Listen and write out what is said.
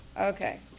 okay